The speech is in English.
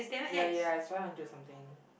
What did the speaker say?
ya ya it's five hundred something